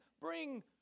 bring